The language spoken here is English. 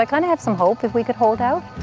i kind of have some hope if we could hold out.